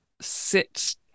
sit